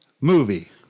movie